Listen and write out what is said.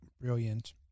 brilliant